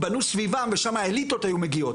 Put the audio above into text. בנו סביבם ושמה האליטות היו מגיעות,